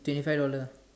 twenty five dollar